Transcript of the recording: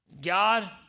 God